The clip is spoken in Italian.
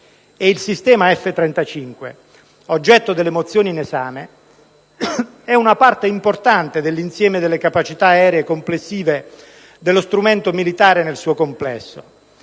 il sistema F-35, oggetto delle mozioni in esame, è una parte importante dell'insieme delle capacità aeree complessive dello strumento militare nel suo complesso.